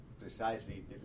precisely